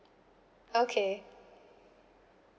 okay